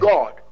God